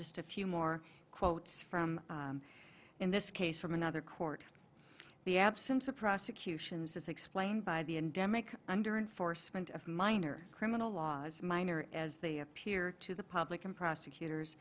just a few more quotes from in this case from another court the absence of prosecutions as explained by the endemic under enforcement of minor criminal laws minor as they appear to the public and prosecutors